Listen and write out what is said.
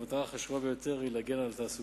אבל המטרה החשובה ביותר היא להגן על התעסוקה,